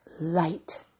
light